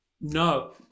No